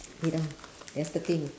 wait ah there's thirteen